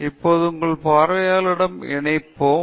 எனவே இப்போது உங்கள் பார்வையாளர்களுடன் இணைப்போம்